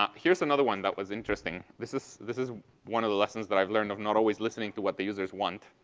um here's another one that was interesting. this is this is one of the lessons that i've learned of not always listening to what the users want.